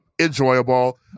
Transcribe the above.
enjoyable